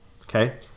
okay